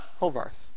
Hovarth